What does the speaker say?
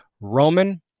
Roman